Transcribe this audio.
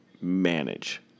manage